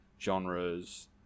genres